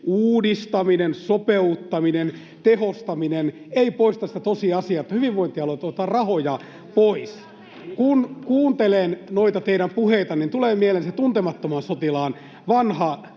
”uudistaminen”, ”sopeuttaminen”, ”tehostaminen” — ei poista sitä tosiasiaa, että hyvinvointialueilta otetaan rahoja pois. Kun kuuntelen noita teidän puheitanne, niin tulee mieleen se Tuntemattoman sotilaan vanha